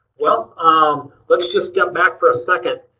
well ah let's just step back for a second,